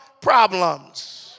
problems